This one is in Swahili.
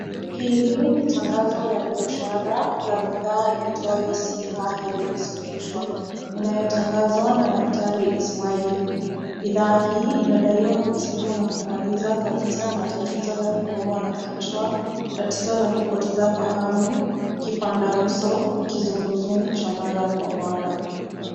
Hili ni tangazo la biashara la bidhaa iitwayo Siha headache solution inayotangazwa na Daktari Ishmael. Bidhaa hii inadaiwa kutibu na kumaliza kabisa matatizo ya kuumwa na kichwa, tatizo la kupoteza fahamu, kipandauso, kizunguzungu cha mara kwa mara.